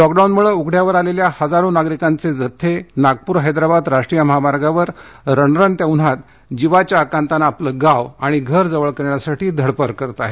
lockdown मुळे उघड्यावर आलेल्या हजारो नागरिकांचे जत्थे नागपूर हैद्राबाद राष्ट्रीय मार्गावर रणरणत्या उन्हात जीवाच्या आकांतानं आपलं गाव घर जवळ करण्यासाठी धडपड करीत आहेत